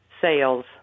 sales